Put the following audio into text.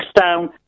down